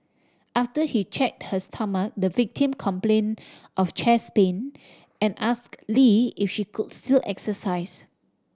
after he check her stomach the victim complain of chest pain and ask Lee if she could still exercise